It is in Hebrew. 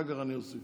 אחר כך אני אוסיף.